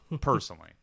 Personally